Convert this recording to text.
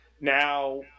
now